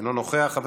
אינו נוכח,